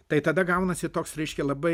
tai tada gaunasi toks reiškia labai